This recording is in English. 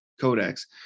codex